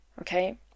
Okay